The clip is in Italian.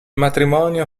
matrimonio